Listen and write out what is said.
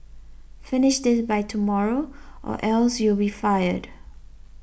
finish this by tomorrow or else you'll be fired